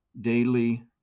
daily